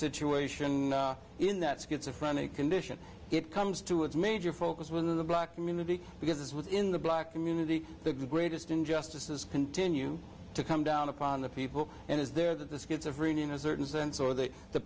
situation in that schizo funny condition it comes to its major focus within the black community because within the black community the greatest injustices continue to come down upon the people and is there that the schizophrenia in a certain sense or that the